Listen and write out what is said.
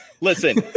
listen